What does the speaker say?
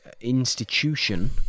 institution